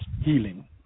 healing